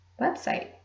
website